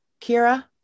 Kira